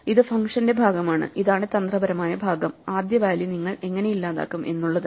ഇത് ഫംഗ്ഷന്റെ ഭാഗമാണ് ഇതാണ് തന്ത്രപരമായ ഭാഗം ആദ്യ വാല്യൂ നിങ്ങൾ എങ്ങനെ ഇല്ലാതാക്കും എന്നുള്ളത്